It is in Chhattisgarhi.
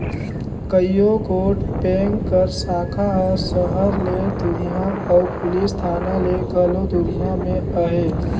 कइयो गोट बेंक कर साखा हर सहर ले दुरिहां अउ पुलिस थाना ले घलो दुरिहां में अहे